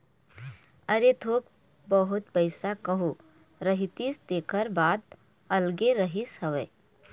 अरे थोक बहुत पइसा कहूँ रहितिस तेखर बात अलगे रहिस हवय